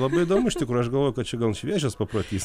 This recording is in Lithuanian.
labai įdomu iš tikrųjų aš galvoju kad čia gan šviežias paprotys